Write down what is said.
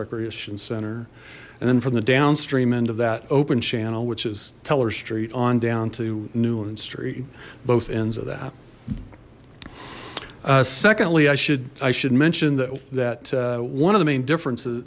recreation center and then from the downstream end of that open channel which is teller street on down to newland street both ends of that secondly i should i should mention that that one of the main differences